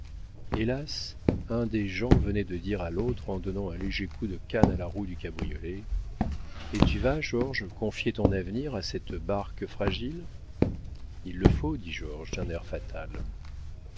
hélas un des deux jeunes gens venait de dire à l'autre en donnant un léger coup de canne à la roue du cabriolet et tu vas georges confier ton avenir à cette barque fragile il le faut dit georges d'un air fatal